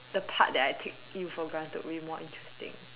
the part that I take you for granted will be more interesting